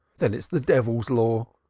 then it is the devil's law!